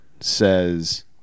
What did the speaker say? says